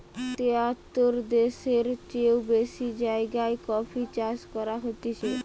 তেয়াত্তর দ্যাশের চেও বেশি জাগায় কফি চাষ করা হতিছে